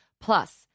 Plus